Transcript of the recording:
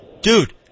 Dude